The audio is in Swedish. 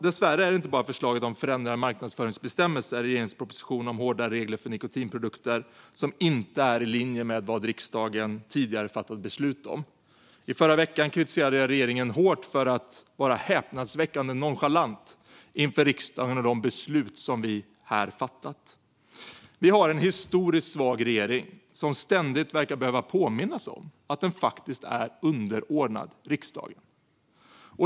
Dessvärre är det inte bara förslaget om förändrade marknadsföringsbestämmelser i regeringens proposition om hårdare regler för nikotinprodukter som inte är i linje med vad riksdagen tidigare fattat beslut om. I förra veckan kritiserade jag regeringen hårt för att vara häpnadsväckande nonchalant inför riksdagen och de beslut som vi här fattat. Vi har en historiskt svag regering som ständigt verkar behöva påminnas om att den faktiskt är underordnad riksdagen.